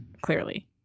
Clearly